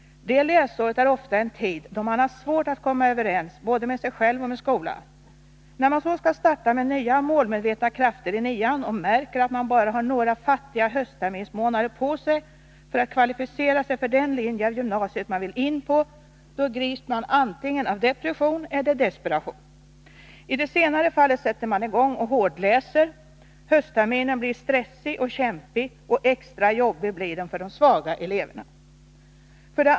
Det läsåret är ofta en tid då man har svårt att komma överens både med sig själv och med skolan. När man så skall starta med nya målmedvetna krafter i nian och märker att man bara har några fattiga höstterminsmånader på sig för att kvalificera sig för den linje av gymnasiet man vill in på, då grips man antingen av depression eller av desperation. I det senare fallet sätter man i gång och hårdläser. Höstterminen blir stressig och kämpig, och extra jobbig blir den för de svaga eleverna.